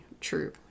true